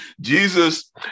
Jesus